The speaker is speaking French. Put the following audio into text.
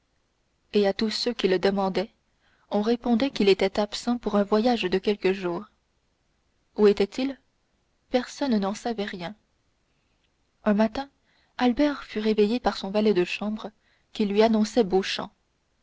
et à tous ceux qui le demandaient on répondait qu'il était absent pour un voyage de quelques jours où était-il personne n'en savait rien un matin albert fut réveillé par son valet de chambre qui lui annonçait